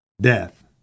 death